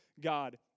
God